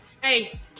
hey